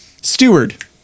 steward